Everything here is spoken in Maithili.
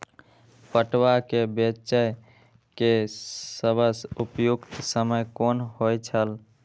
पटुआ केय बेचय केय सबसं उपयुक्त समय कोन होय छल?